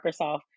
Microsoft